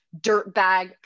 dirtbag